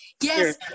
Yes